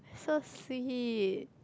so sweet